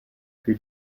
für